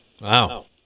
Wow